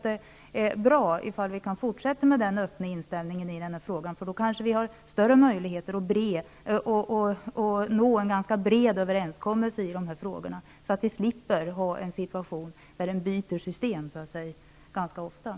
Det är bra om man kan fortsätta med den öppna inställningen i den här frågan, för då kanske vi har större möjligheter att nå en bred överenskommelse. Då slipper vi en situation, där man ofta byter system.